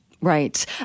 Right